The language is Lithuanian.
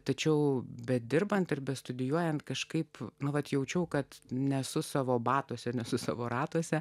tačiau bedirbant ir bestudijuojant kažkaip nuolat jaučiau kad nesu savo batuose nes su savo ratuose